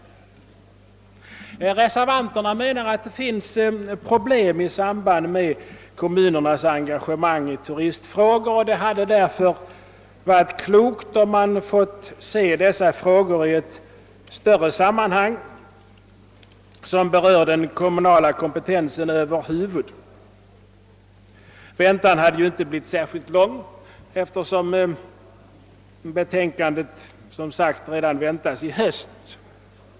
Vi reservanter menar att det finns flera problem i samband med kommunernas engagemang i turistfrågor och att det därför varit klokt att se dessa frågor i det större sammanhang som gäller den kommunala kompetensen över huvud taget. Väntan hade ju inte blivit särskilt lång, eftersom betänkandet, som sagt, beräknas bli framlagt redan i höst.